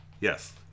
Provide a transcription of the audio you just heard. yes